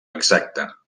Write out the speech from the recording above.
exacta